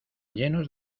llenos